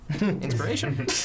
Inspiration